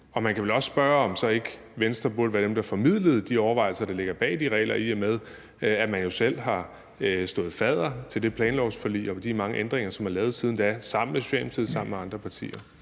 Og man kan vel også spørge, om så ikke Venstre burde være dem, der formidlede de overvejelser, der ligger bag de regler, i og med at man jo selv har stået fadder til det planlovsforlig og de mange ændringer, som er lavet siden da, sammen med Socialdemokratiet, sammen med andre partier.